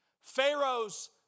Pharaoh's